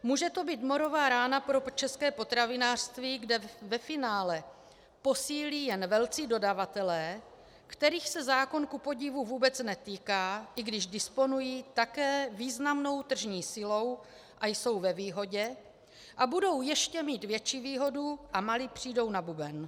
Může to být morová rána pro české potravinářství, kde ve finále posílí jen velcí dodavatelé, kterých se zákon kupodivu vůbec netýká, i když disponují také významnou tržní silou a jsou ve výhodě a budou mít ještě větší výhodu a malí přijdou na buben.